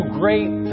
great